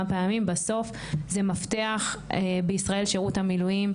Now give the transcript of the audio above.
בסוף זה מפתח בישראל שירות המילואים.